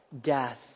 death